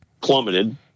plummeted